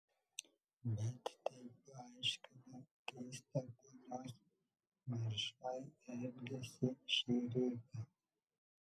bet tai paaiškina keistą ponios maršai elgesį šį rytą